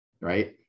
right